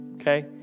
okay